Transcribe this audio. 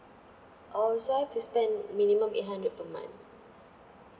oh so I have to spend minimum eight hundred per month